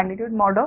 magnitude